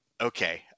okay